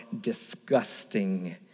disgusting